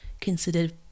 considered